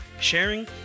sharing